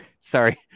Sorry